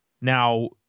Now